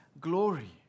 glory